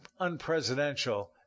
unpresidential